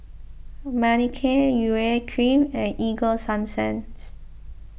Manicare Urea Cream and Ego Sunsense